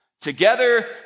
together